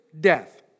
death